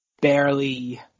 barely